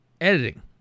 Editing